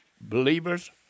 Believers